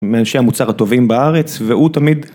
מאנשי המוצר הטובים בארץ, והוא תמיד...